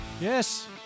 yes